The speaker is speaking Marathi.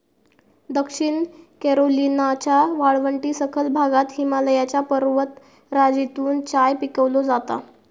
दक्षिण कॅरोलिनाच्या वाळवंटी सखल भागात हिमालयाच्या पर्वतराजीतून चाय पिकवलो जाता